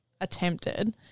attempted